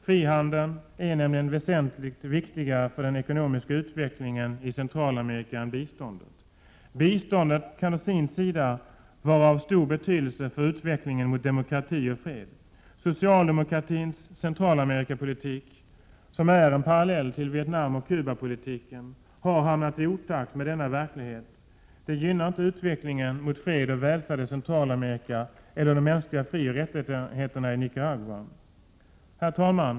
Frihandeln är nämligen väsentligt viktigare för den ekonomiska utvecklingen i Centralamerika än biståndet. Biståndet kan å sin sida vara av stor betydelse för utvecklingen mot demokrati och fred. Socialdemokratins Centralamerikapolitik — som ju är en parallell till Vietnamoch Cubapolitiken — har hamnat i otakt med denna verklighet. Det gynnar inte utvecklingen mot fred och välfärd i Centralamerika eller de mänskliga frioch rättigheterna i Nicaragua. Herr talman!